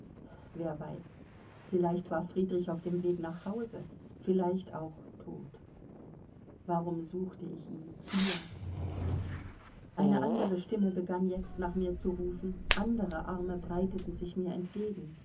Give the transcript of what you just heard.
wer weiß vielleicht war friedrich auf dem weg nach hause vielleicht auch tot warum suchte ich ihn hier eine andere stimme begann jetzt nach mir zu rufen andere arme breiteten sich mir entgegen